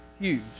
huge